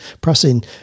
processing